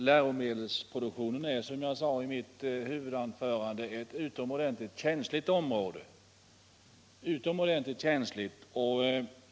Herr talman! Som jag sade i mitt huvudanförande är läromedelsproduktionen ett utomordentligt känsligt område.